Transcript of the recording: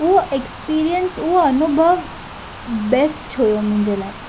उहो एक्सपीरियंस उहो अनुभव बेस्ट हुओ मुंहिंजे लाइ